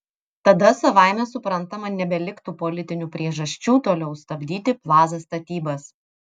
tada savaime suprantama nebeliktų politinių priežasčių toliau stabdyti plaza statybas